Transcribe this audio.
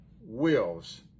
wills